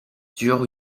durent